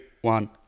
one